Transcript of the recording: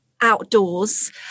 outdoors